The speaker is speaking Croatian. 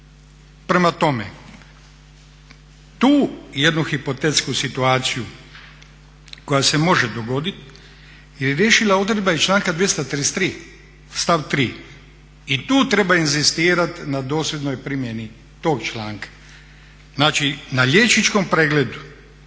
Prema tome, tu jednu hipotetsku situaciju koje se može dogodit je riješila odredba iz članka 233. stav 3. i tu treba inzistirati na dosljednoj primjeni tog članka. Znači, na liječničkom pregledu